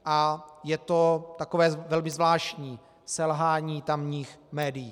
A je to takové velmi zvláštní selhání tamních médií.